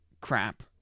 crap